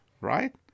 right